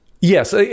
yes